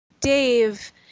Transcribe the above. Dave